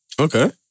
Okay